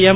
M